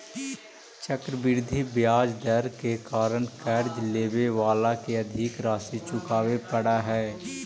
चक्रवृद्धि ब्याज दर के कारण कर्ज लेवे वाला के अधिक राशि चुकावे पड़ऽ हई